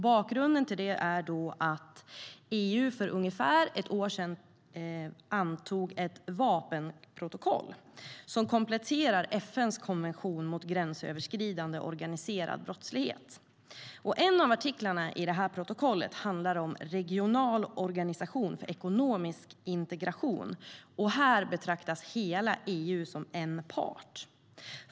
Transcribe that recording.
Bakgrunden är att EU för ungefär ett år sedan antog ett vapenprotokoll som kompletterar FN:s konvention mot gränsöverskridande organiserad brottslighet. En av artiklarna i protokollet handlar om regional organisation för ekonomisk integration. Här betraktas hela EU som en part.